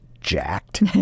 jacked